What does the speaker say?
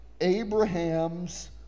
Abraham's